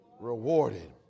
Rewarded